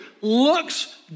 looks